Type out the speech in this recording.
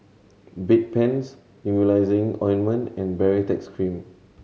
Bedpans Emulsying Ointment and Baritex Cream